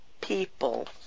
people